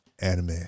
anime